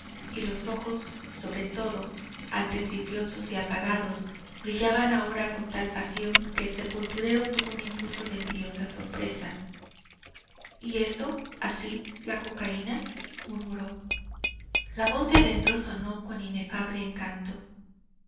y los ojos sobre todo antes vidriosos y apagados brillaban ahora con tal pasión que el sepulturero tuvo un impulso de envidiosa sorpresa y eso así la cocaína murmuró la voz de adentro sonó con inefable encanto